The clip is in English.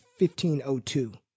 1502